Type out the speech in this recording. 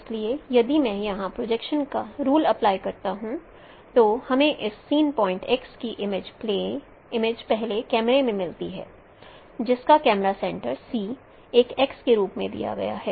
इसलिए यदि मैं यहां प्रोजेक्शन का रूल अप्लाई करता हूं तो हमें इस सीन पॉइंट X की इमेज पहले कैमरे में मिलती है जिसका कैमरा सेंटर C एक x के रूप में दिया गया है